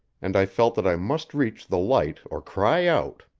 and i felt that i must reach the light or cry out.